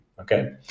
Okay